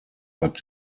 but